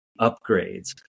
upgrades